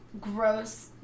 gross